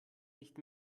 nicht